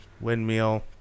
Windmill